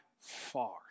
far